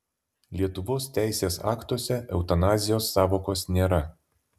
lietuvos teisės aktuose eutanazijos sąvokos nėra